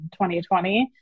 2020